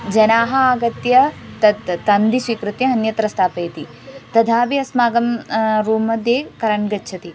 जनाः आगत्य तत् तन्तुं स्वीकृत्य अन्यत्र स्थापयन्ति तदापि अस्माकं रूं मध्ये करेण्ट् गच्छति